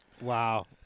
Wow